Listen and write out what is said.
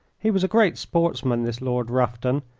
he was a great sportsman, this lord rufton,